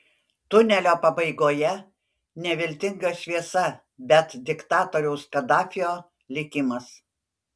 tunelio pabaigoje ne viltinga šviesa bet diktatoriaus kadafio likimas